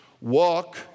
walk